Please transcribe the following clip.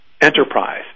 enterprise